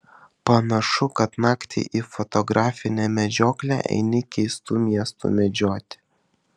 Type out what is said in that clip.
panašu kad naktį į fotografinę medžioklę eini keistų miestų medžioti